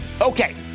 Okay